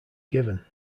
given